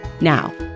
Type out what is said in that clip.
Now